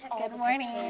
morning.